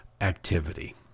activity